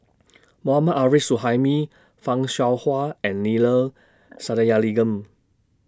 Mohammad Arif Suhaimi fan Shao Hua and Neila Sathyalingam